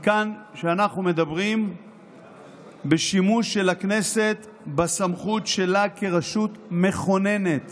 ומכאן שאנחנו מדברים בשימוש של הכנסת בסמכות של הכנסת כרשות מכוננת